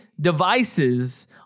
devices